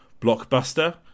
blockbuster